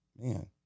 man